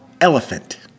Elephant